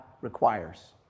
requires